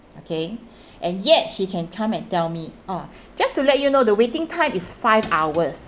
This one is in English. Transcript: okay and yet he can come and tell me oh just to let you know the waiting time is five hours